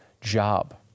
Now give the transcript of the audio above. job